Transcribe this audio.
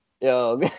Yo